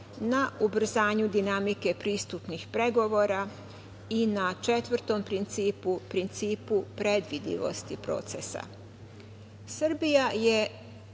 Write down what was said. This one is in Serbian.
na ubrzanju dinamike pristupnih pregovora i na četvrtom principu, principu predvidivosti procesa. Srbija je